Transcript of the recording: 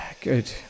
Good